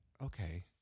okay